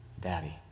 Daddy